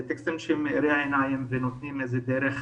אלה טקסטים שהם מאירי עיניים ונותנים דרך